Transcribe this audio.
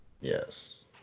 Yes